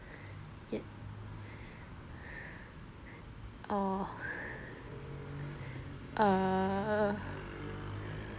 it orh err